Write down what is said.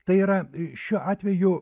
tai yra šiuo atveju